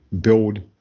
build